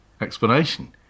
explanation